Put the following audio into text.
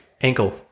Ankle